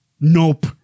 Nope